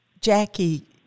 Jackie